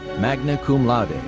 magna cum laude.